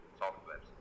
software